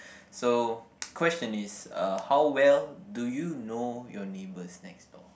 so question is uh how well do you know your neighbours next door